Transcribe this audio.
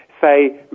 say